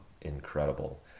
incredible